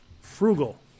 frugal